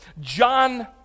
John